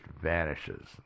vanishes